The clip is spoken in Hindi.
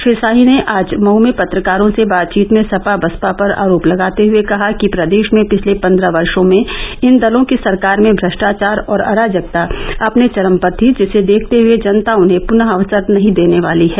श्री शाही ने आज मऊ में पत्रकारों से बातचीत में सपा बसपा पर आरोप लगाते हुए कहा कि प्रदेश में पिछले पन्द्रह वर्षो में इन दलों की सरकार में भ्रष्टाचार और अराजकता अपने चरम पर थी जिसे देखते हुए जनता उन्हें पुनः अवसर नही देने वाली है